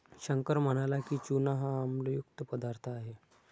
शंकर म्हणाला की, चूना हा आम्लयुक्त पदार्थ आहे